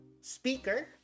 speaker